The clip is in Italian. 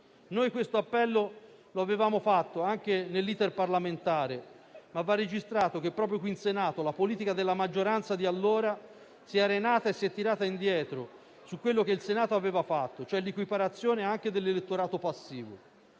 questo appello anche nell'*iter* parlamentare, ma va registrato che, proprio qui in Senato, la politica della maggioranza di allora si è arenata e si è tirata indietro su quello che il Senato aveva fatto, con l'equiparazione anche dell'elettorato passivo.